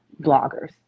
bloggers